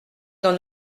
dans